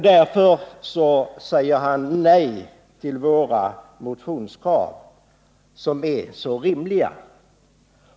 Därför säger han nej till våra motionskrav, som är så rimliga.